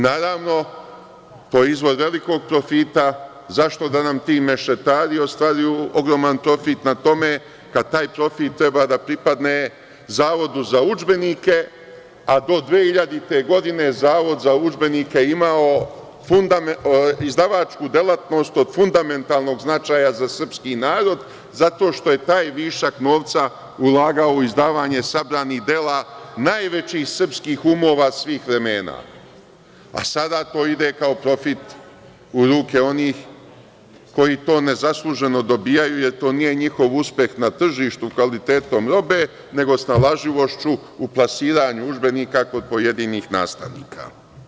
Naravno – proizvod velikog profita, zašto da nam ti mešetari ostvaruju ogroman profit na tome, kad taj profit treba da pripadne Zavodu za udžbenike, a do 2000. godine Zavod za udžbenike je imao izdavačku delatnost od fundamentalnog značaja za srpski narod, zato što je taj višak novca ulagao u izdavanje sabranih dela najvećih srpskih umova svih vremena, a sada to ide kao profit u ruke onih koji to nezasluženo dobijaju, jer to nije njihov uspeh na tržištu kvalitetom robe, nego snalažljivošću u plasiranju udžbenika kod pojedinih nastavnika.